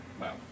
Wow